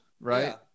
right